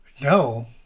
No